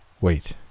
Wait